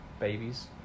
Babies